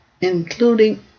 including